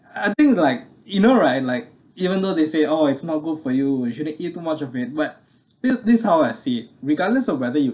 I think like you know right like even though they say oh it's no good for you you shouldn't eat too much of it but this this how I see it regardless of whether you